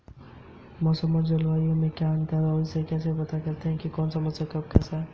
UPI पर पैसे भेजने के लिए निम्नलिखित में से कौन सा तरीका इस्तेमाल किया जा सकता है?